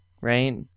right